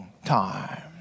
time